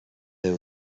déu